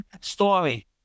story